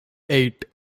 eight